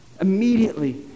Immediately